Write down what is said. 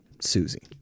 Susie